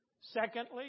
Secondly